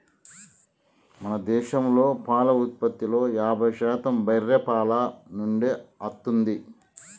మన దేశంలో పాల ఉత్పత్తిలో యాభై శాతం బర్రే పాల నుండే అత్తుంది